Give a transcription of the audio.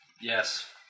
Yes